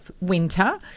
winter